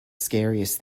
scariest